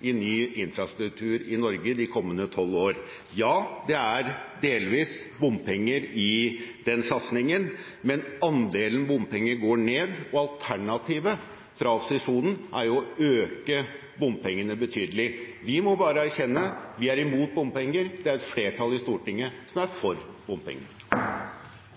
i ny infrastruktur i Norge de kommende tolv år. Ja, det er delvis bompenger i den satsingen, men andelen bompenger går ned, og alternativet fra opposisjonen er å øke bompengene betydelig. Vi må bare erkjenne: Vi er imot bompenger. Det er et flertall i Stortinget som er for bompenger.